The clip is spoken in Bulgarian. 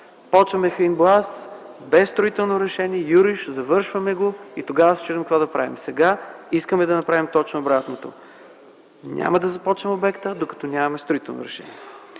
започваме Хаинбоаз без строително решение, юруш, завършваме го, и тогава се чудим какво да правим. Сега искаме да направим точно обратното – няма да започваме обекта, докато нямаме строително решение.